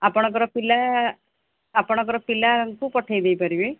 ଆପଣଙ୍କର ପିଲା ଆପଣଙ୍କର ପିଲାଙ୍କୁ ପଠାଇଦେଇ ପାରିବେ